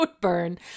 burn